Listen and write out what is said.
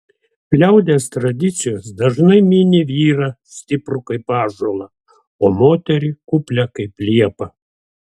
liaudies tradicijos dažnai mini vyrą stiprų kaip ąžuolą o moterį kuplią kaip liepą